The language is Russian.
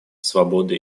свободы